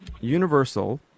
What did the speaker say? Universal